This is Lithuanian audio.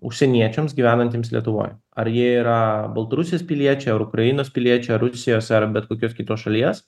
užsieniečiams gyvenantiems lietuvoj ar jie yra baltarusijos piliečiai ar ukrainos piliečiai ar rusijos ar bet kokios kitos šalies